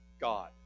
God